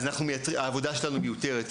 אז העבודה שלנו מיותרת,